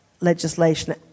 legislation